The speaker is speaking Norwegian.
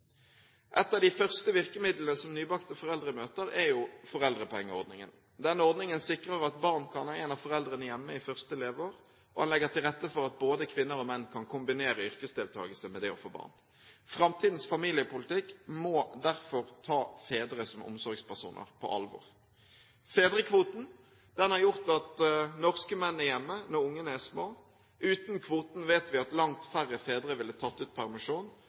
Et av de første virkemidlene som nybakte foreldre møter, er foreldrepengeordningen. Denne ordningen sikrer at barn kan ha en av foreldrene hjemme i første leveår, og legger til rette for at både kvinner og menn kan kombinere yrkesdeltakelse med det å få barn. Framtidens familiepolitikk må derfor ta fedre som omsorgspersoner på alvor. Fedrekvoten har gjort at norske menn er hjemme når ungene er små. Uten kvoten vet vi at langt færre fedre ville tatt ut permisjon,